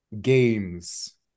games